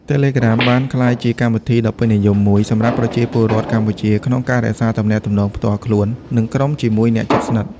Telegram បានក្លាយជាកម្មវិធីដ៏ពេញនិយមមួយសម្រាប់ប្រជាពលរដ្ឋកម្ពុជាក្នុងការរក្សា ទំនាក់ទំនងផ្ទាល់ខ្លួន និងក្រុម ជាមួយអ្នកជិតស្និទ្ធ។